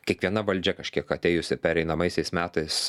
kiekviena valdžia kažkiek atėjusi pereinamaisiais metais